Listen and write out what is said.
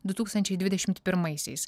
du tūkstančiai dvidešimt pirmaisiais